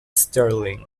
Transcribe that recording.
stirling